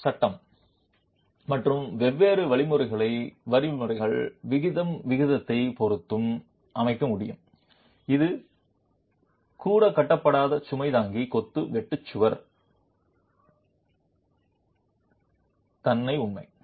சுவர் சட்டம் மற்றும் வெவ்வேறு வழிமுறைகள் விகிதம் விகிதத்தை பொறுத்து அமைக்க முடியும் இது கூட கட்டுப்படுத்தப்படாத சுமை தாங்கி கொத்து வெட்டு சுவர் தன்னை உண்மை